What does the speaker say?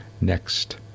next